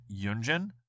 Yunjin